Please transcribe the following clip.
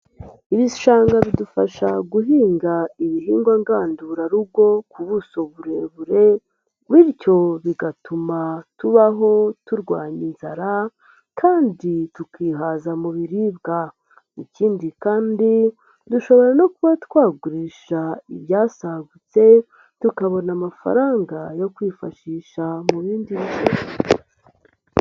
Ibishanga bidufasha guhinga ibihingwa ngandurarugo ku buso burebure, bityo bigatuma tubaho turwanya inzara kandi tukihaza mu biribwa. Ikindi kandi dushobora no kuba twagurisha ibyasagutse, tukabona amafaranga yo kwifashisha mu bindi bibazo.